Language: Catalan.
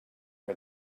que